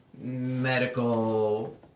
medical